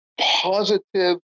positive